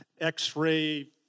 X-ray